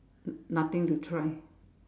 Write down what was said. nothing to try